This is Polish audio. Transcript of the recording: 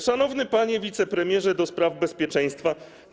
Szanowny Panie Wicepremierze do Spraw Bezpieczeństwa!